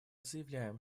заявляем